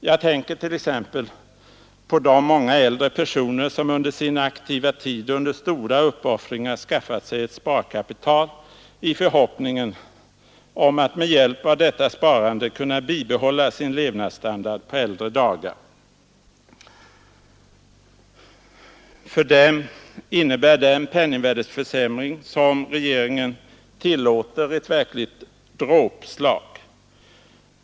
Jag tänker t.ex. på de många äldre personer som under sin aktiva tid under stora uppoffringar skaffat sig ett sparkapital i förhoppningen att med hjälp av detta sparande kunna bibehålla sin levnadsstandard på äldre dagar. För dem innebär den penningvärdeförs ämring som regeringen tillåter ett verkligt dråpslag.